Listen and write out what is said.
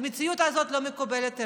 והמציאות הזאת לא מקובלת עלינו.